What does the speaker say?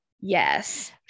Yes